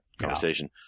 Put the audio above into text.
conversation